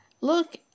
Look